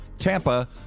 tampa